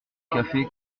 café